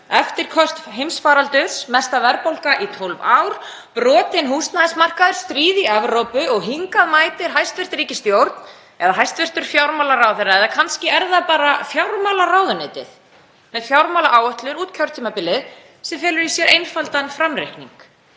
eftirköst heimsfaraldurs, mesta verðbólga í 12 ár, brotinn húsnæðismarkaður, stríð í Evrópu og hingað mætir hæstv. ríkisstjórn eða hæstv. fjármálaráðherra eða kannski er það bara fjármálaráðuneytið, með fjármálaáætlun út kjörtímabilið sem felur í sér einfaldan framreikning.